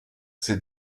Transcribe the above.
ces